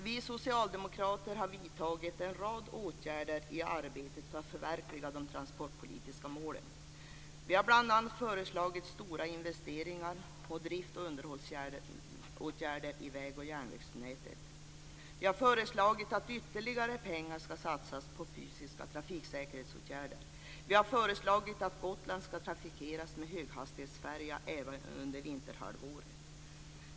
Vi socialdemokrater har vidtagit en rad åtgärder i arbetet för att förverkliga de transportpolitiska målen. Vi har bl.a. föreslagit stora investeringar och drift och underhållsåtgärder i väg och järnvägsnätet. Vi har föreslagit att ytterligare pengar ska satsas på fysiska trafiksäkerhetsåtgärder. Vi har föreslagit att Gotland ska trafikeras med höghastighetsfärja även under vinterhalvåret.